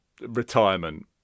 retirement